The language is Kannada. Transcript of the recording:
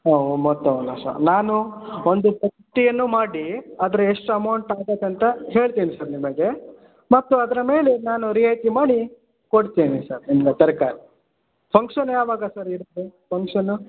ಓ ಮೊತ್ತವನ್ನು ಸ ನಾನು ಒಂದು ಪಟ್ಟಿಯನ್ನು ಮಾಡಿ ಅದ್ರ ಎಷ್ಟು ಅಮೌಂಟ್ ಆಗುತ್ತೆ ಅಂತ ಹೇಳ್ತೇನೆ ಸರ್ ನಿಮಗೆ ಮತ್ತು ಅದರ ಮೇಲೆ ನಾನು ರಿಯಾಯಿತಿ ಮಾಡಿ ಕೊಡ್ತೇನೆ ಸರ್ ನಿಮ್ಮ ತರಕಾರಿ ಫಂಕ್ಷನ್ ಯಾವಾಗ ಸರ್ ಇರತ್ತೆ ಫಂಕ್ಷನು